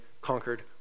conquered